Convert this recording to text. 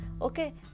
okay